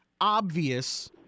obvious